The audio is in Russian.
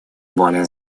более